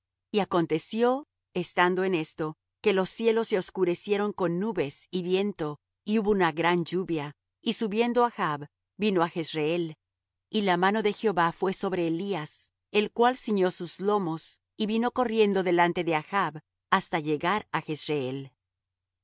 y aconteció estando en esto que los cielos se oscurecieron con nubes y viento y hubo una gran lluvia y subiendo achb vino á jezreel y la mano de jehová fué sobre elías el cual ciñó sus lomos y vino corriendo delante de achb hasta llegar á